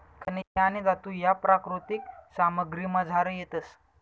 खनिजे आणि धातू ह्या प्राकृतिक सामग्रीमझार येतस